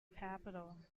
capital